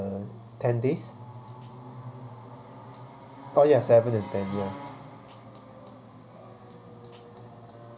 ten days uh ya seven and ten ya